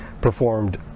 performed